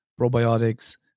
probiotics